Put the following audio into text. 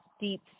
deep